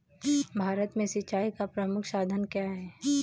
भारत में सिंचाई का प्रमुख साधन क्या है?